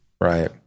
right